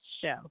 show